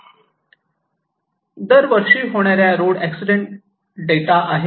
येथे दर वर्षी होणाऱ्या रोड एक्सीडेंट डेटा आहे